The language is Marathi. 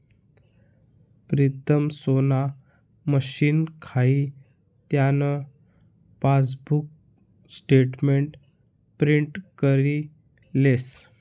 प्रीतम सोना मशीन खाई त्यान पासबुक स्टेटमेंट प्रिंट करी लेस